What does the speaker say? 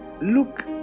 look